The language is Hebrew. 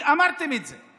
אמרתם את זה.